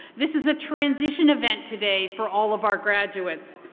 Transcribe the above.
this is a transition event today for all of our graduates.